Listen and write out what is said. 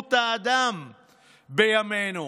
חירות האדם בימינו,